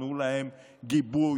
תנו להם גיבוי,